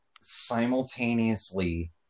simultaneously